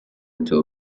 into